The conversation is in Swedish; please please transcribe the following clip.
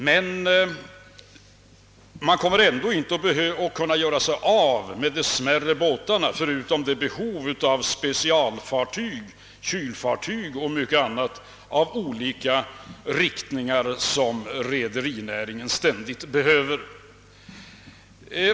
Men man kommer ändå inte att kunna göra sig av med de mindre båtarna, frånsett alla specialfartyg, kylfartyg och många andra båtar av olika slag, som rederinäringen ständigt behöver.